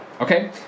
okay